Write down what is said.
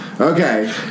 okay